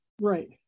Right